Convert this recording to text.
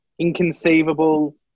Inconceivable